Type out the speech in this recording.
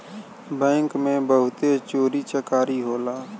bank में बहुते चोरी चकारी होला